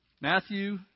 Matthew